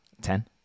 Ten